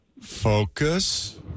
Focus